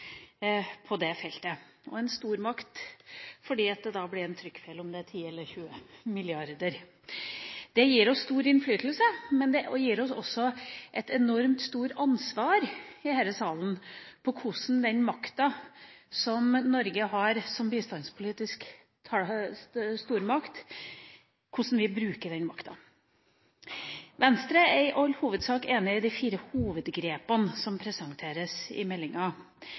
på dette feltet. Vi er en stormakt sjøl med en trykkfeil her, om det står 10 mrd. eller 20 mrd. Det gir oss stor innflytelse, men det gir oss her i salen også et enormt stort ansvar for hvordan den makta som Norge har som bistandspolitisk stormakt, blir brukt. Venstre er i all hovedsak enig i hovedgrepene som presenteres i meldinga